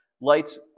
lights